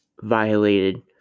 violated